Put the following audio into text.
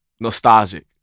nostalgic